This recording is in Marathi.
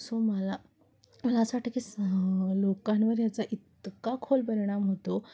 सो मला मला असं वाटतं की लोकांवर याचा इतका खोल परिणाम होतो